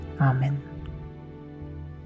amen